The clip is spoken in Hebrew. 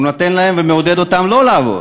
הוא נותן להם ומעודד אותם לא לעבוד.